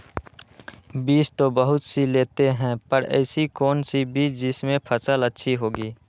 बीज तो बहुत सी लेते हैं पर ऐसी कौन सी बिज जिससे फसल अच्छी होगी?